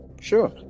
Sure